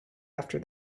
after